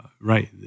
right